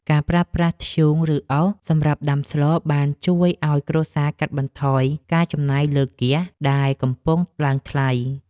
ការប្រើប្រាស់ធ្យូង ឬអុសសម្រាប់ដាំស្លបានជួយឱ្យគ្រួសារកាត់បន្ថយការចំណាយលើហ្គាសដែលកំពុងឡើងថ្លៃ។